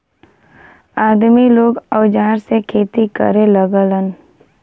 आदमी लोग औजार से खेती करे लगलन